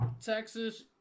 Texas